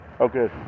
Okay